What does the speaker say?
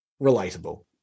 relatable